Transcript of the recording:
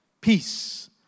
Peace